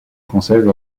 française